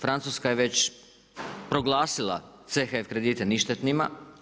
Francuska je već proglasila CHF kredite ništetnima.